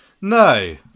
No